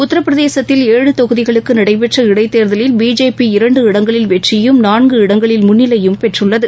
உத்தரபிரதேசத்தில் ஏழு தொகுதிகளுக்கு நடைபெற்ற இடைத்தேர்தலில் பிஜேபி இரண்டு இடங்களில் வெற்றியும் நான்கு இடங்களில் முன்னிலையும் பெற்றுள்ளது